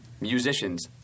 musicians